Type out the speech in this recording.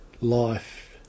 life